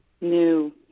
New